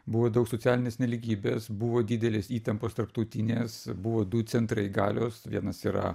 buvo daug socialinės nelygybės buvo didelės įtampos tarptautinės buvo du centrai galios vienas yra